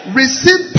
receive